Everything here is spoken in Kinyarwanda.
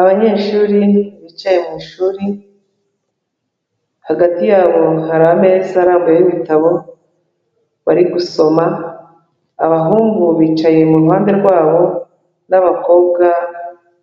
Abanyeshuri bicaye mu ishuri, hagati yabo hari ameza arambuyeho ibitabo bari gusoma, abahungu bicaye mu ruhande rwabo n'abakobwa